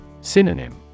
Synonym